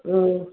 ம்